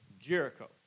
Jericho